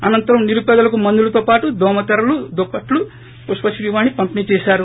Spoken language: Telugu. అనంతరం నిరుపేదలకు మందులతో పాటు దోమమ తెరలు దుప్పట్లు పుష్పత్రీవాణి పంపిణీ చేశారు